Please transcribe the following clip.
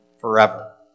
forever